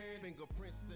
Fingerprints